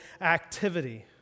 activity